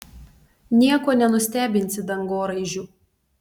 nieko nenustebinsi dangoraižiu